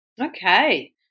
Okay